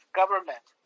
government